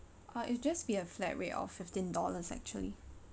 uh it just be a flat rate of fifteen dollars actually